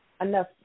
enough